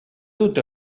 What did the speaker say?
dute